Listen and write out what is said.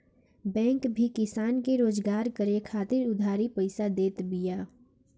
bank भी किसान के रोजगार करे खातिर उधारी पईसा देत बिया